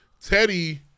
Teddy